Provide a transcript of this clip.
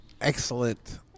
excellent